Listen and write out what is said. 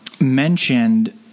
mentioned